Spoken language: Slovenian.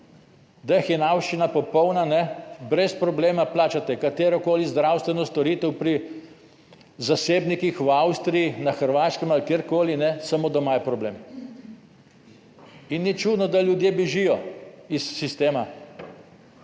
Da je hinavščina popolna, brez problema plačate katerokoli zdravstveno storitev pri zasebnikih v Avstriji, na Hrvaškem ali kjerkoli, samo doma je problem. In ni čudno, da ljudje bežijo iz sistema,